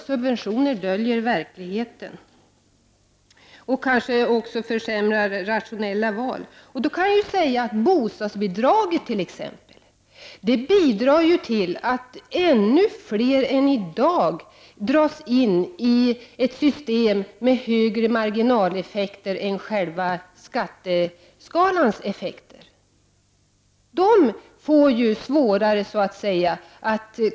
Subventioner döljer verkligheten och försämrar kanske också rationella val. Bostadsbidraget, t.ex., bidrar ju till att ännu fler än i dag dras in i ett system med högre marginaleffekter än vad skatteskalan ger. Dessa människor får det svårare att klättra.